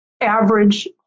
average